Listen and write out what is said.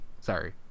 sorry